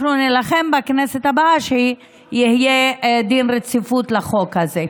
אנחנו נילחם בכנסת הבאה שיהיה דין רציפות לחוק הזה.